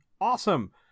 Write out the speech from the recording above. Awesome